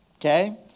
okay